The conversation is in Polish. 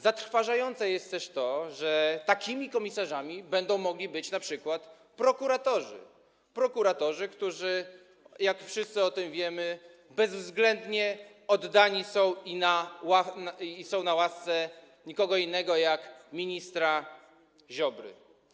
Zatrważające jest też to, że takimi komisarzami będą mogli być np. prokuratorzy - prokuratorzy, którzy, jak wszyscy o tym wiemy, bezwzględnie oddani są i są na łasce nikogo innego, tylko ministra Ziobry.